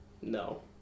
No